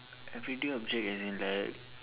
everyday object as in like